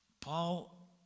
Paul